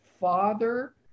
Father